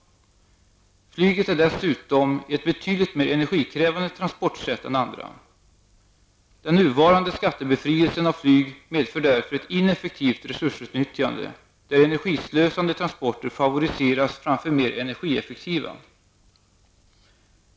Flyget är dessutom ett betydligt mer energikrävande transportsätt än andra. Den nuvarande skattebefrielsen för flyg medför därför ett ineffektivt resursutnyttjande, där energislösande transporter favoriseras framför mer energieffektiva.